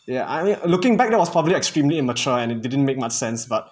ya I mean looking back that was probably extremely immature and it didn't make much sense but